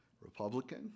Republican